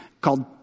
called